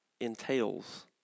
entails